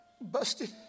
busted